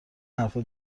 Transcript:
حرفا